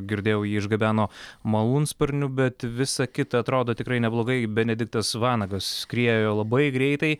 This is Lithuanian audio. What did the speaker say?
girdėjau jį išgabeno malūnsparniu bet visa kita atrodo tikrai neblogai benediktas vanagas skriejo labai greitai